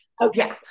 Okay